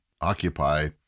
occupy